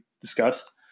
discussed